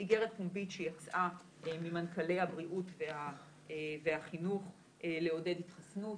איגרת פומבית שיצאה ממנכ"לי הבריאות והחינוך לעודד התחסנות,